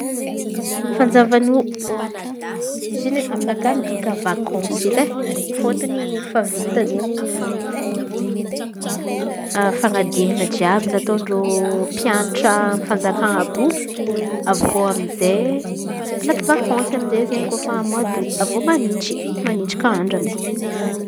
Fanjava ny o. Izy io edy aminakà midika vakansy edy e. Fôtony efa vita izen̈y fanadinan̈a jiàby nataon-dreo mpianatra amy fanjakana àby io avy eo amizay maka maka vakansy amizay kôfa moa d o. Avy eo manintsy manintsy ko andra amizay.